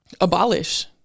abolish